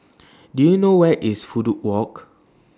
Do YOU know Where IS Fudu Walk